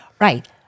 Right